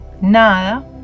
nada